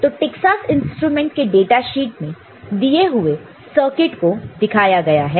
तो Texas Instruments के data sheet में दिए गए सर्किट को दिखाया गया है